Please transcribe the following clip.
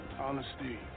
Honesty